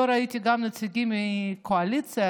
לא ראיתי נציגים מהקואליציה,